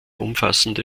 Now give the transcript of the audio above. umfassende